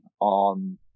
on